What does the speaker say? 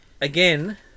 again